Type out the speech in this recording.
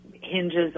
hinges